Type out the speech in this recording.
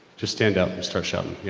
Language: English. just stand up and start shouting. yea,